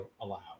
allowed